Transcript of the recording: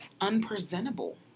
unpresentable